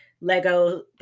Lego